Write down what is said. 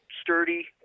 sturdy